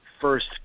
first